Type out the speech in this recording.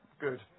Good